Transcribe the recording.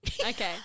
Okay